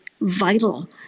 vital